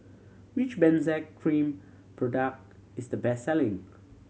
which Benzac Cream product is the best selling